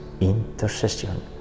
intercession